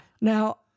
Now